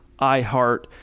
iHeart